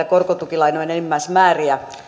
korkotukilainojen enimmäismääriä